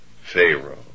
Pharaoh